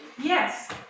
Yes